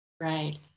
Right